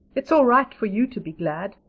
it's all right for you to be glad.